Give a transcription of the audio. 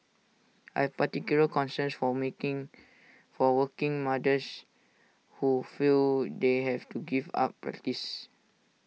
I particular concerns for making for working mothers who feel they have to give up practice